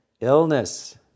Illness